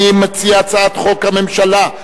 אני קובע שהצעת החוק של